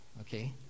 okay